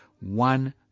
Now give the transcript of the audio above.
one